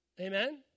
Amen